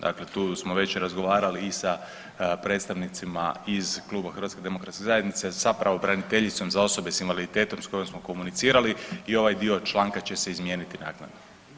Dakle, tu smo već razgovarali i sa predstavnicima iz Kluba HDZ-a, sa pravobraniteljicom za osobe s invaliditetom s kojom smo komunicirali i ovaj dio članka će se izmijeniti naknadno.